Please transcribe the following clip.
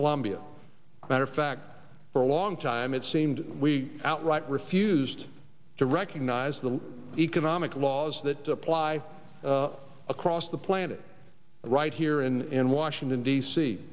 columbia matter of fact for a long time it seemed we outright refused to recognize the economic laws that apply across the planet right here in washington d